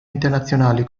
internazionali